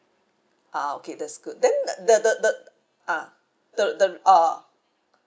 ah okay that's good then the the the ah the the uh